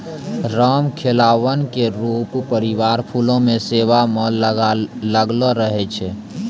रामखेलावन के पूरा परिवार फूलो के सेवा म लागलो रहै छै